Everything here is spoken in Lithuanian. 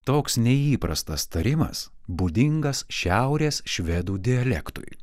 toks neįprastas tarimas būdingas šiaurės švedų dialektui